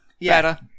better